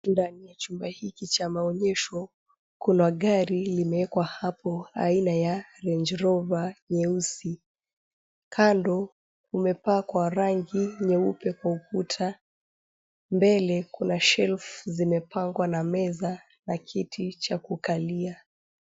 Ndani ya chumba hiki cha maonyesho, kuna gari limewekwa hapo aina ya Range Rover nyeusi. Kando kumepakwa rangi nyeupe kwa ukuta. Mbele kuna shelf zimepangwa na meza na kiti cha kukalia.